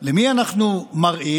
למי אנחנו מראים?